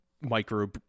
micro